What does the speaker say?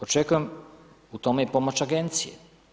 Očekujem u tome i pomoć agencije.